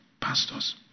Pastors